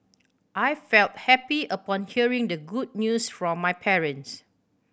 I felt happy upon hearing the good news from my parents